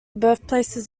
birthplaces